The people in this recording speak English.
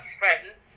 friends